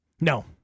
No